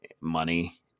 money